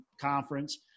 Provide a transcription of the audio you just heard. conference